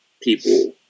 people